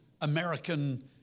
American